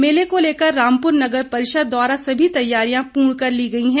मेले को लेकर रामपुर नगर परिषद द्वारा सभी तैयारियां पूर्ण कर ली गई हैं